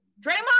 Draymond